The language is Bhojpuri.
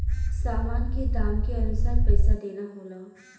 सामान के दाम के अनुसार पइसा देना होला